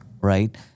right